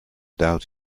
doubt